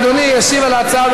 אדוני ישיב על ההצעה.